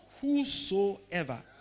whosoever